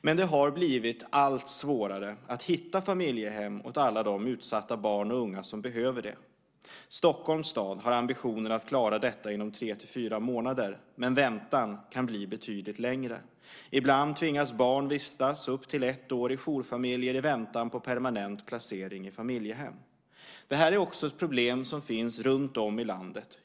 Men det har blivit allt svårare att hitta familjehem åt alla de utsatta barn och unga som behöver det. Stockholms stad har ambitionen att klara detta inom tre till fyra månader, men väntan kan bli betydigt längre. Ibland tvingas barn vistas upp till ett år i jourfamiljer i väntan på permanent placering i familjehem. Det här är också ett problem som finns runtom i landet.